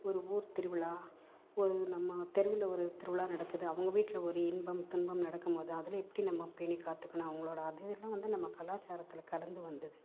ஒரு ஊர்த் திருவிழா ஒரு நம்ம தெருவில் ஒரு திருவிழா நடக்குது அவங்க வீட்டில் ஒரு இன்பம் துன்பம் நடக்கும் போது அதில் எப்படி நம்ம பேணிக்காத்துக்கணும் அவங்களோட அது இதெலாம் வந்து நம்ம கலாச்சாரத்தில் கலந்து வந்தது